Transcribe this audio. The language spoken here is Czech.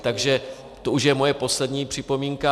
Takže to už je moje poslední připomínka.